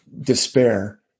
despair